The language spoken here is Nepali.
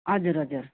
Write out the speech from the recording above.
हजुर हजुर